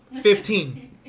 Fifteen